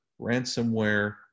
ransomware